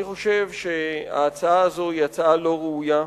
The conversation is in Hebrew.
אני חושב שההצעה הזאת לא ראויה,